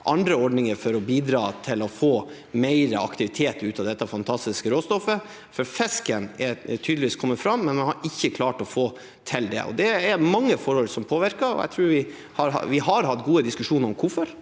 andre ordninger som kan bidra til å få mer aktivitet ut av dette fantastiske råstoffet, for fisken er tydeligvis kommet fram, men man har ikke klart å få dette til. Det er mange forhold som påvirker det. Internt i komiteen har vi hatt gode diskusjoner om hvorfor,